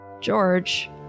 George